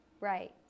Right